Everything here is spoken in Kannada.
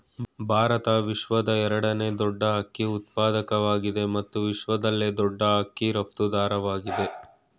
ಭಾರತ ವಿಶ್ವದ ಎರಡನೇ ದೊಡ್ ಅಕ್ಕಿ ಉತ್ಪಾದಕವಾಗಯ್ತೆ ಮತ್ತು ವಿಶ್ವದಲ್ಲೇ ದೊಡ್ ಅಕ್ಕಿ ರಫ್ತುದಾರವಾಗಯ್ತೆ